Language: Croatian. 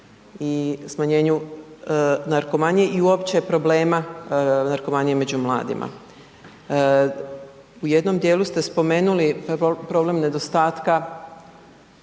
i smanjenju narkomanije i uopće problema narkomanije među mladima. U jednom dijelu ste spomenuli problem nedostatka